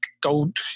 gold